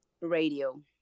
Radio